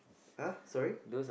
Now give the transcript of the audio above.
ah sorry